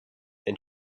and